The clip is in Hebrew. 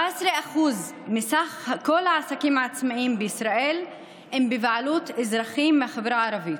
17% מסך כל העסקים העצמאיים בישראל הם בבעלות אזרחים מהחברה הערבית.